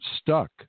stuck